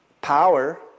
Power